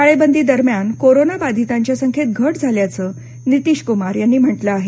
टाळेबंदी दरम्यान कोरोना बाधितांच्या संख्येत घट झाल्याचं नितिश कुमार यांनी म्हटलं आहे